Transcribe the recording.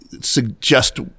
suggest